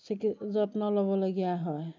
চিকি যত্ন ল'বলগীয়া হয়